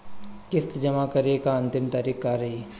किस्त जमा करे के अंतिम तारीख का रही?